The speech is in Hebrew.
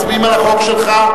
מצביעים על החוק שלך.